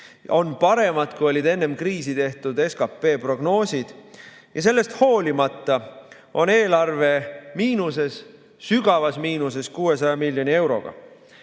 paremad, kui olid enne kriisi tehtud SKP prognoosid. Sellest hoolimata on eelarve miinuses, sügavas miinuses 600 miljoni euroga.